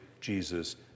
Jesus